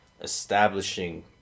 establishing